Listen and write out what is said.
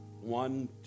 one